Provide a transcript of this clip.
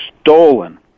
stolen